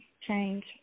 change